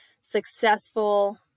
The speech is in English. successful